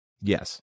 Yes